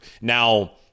Now